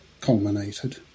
culminated